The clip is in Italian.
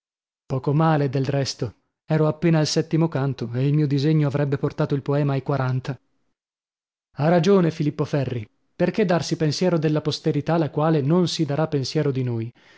poco male del resto ero appena al settimo canto e il mio disegno avrebbe portato il poema ai quaranta ha ragione filippo ferri perchè darsi pensiero della posterità la quale non si darà pensiero di noi